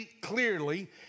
clearly